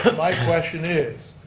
my question is,